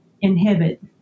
inhibit